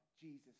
Jesus